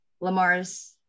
Lamar's